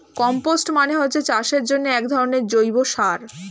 compost মানে হচ্ছে চাষের জন্যে একধরনের জৈব সার